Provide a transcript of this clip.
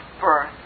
birth